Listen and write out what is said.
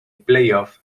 playoffs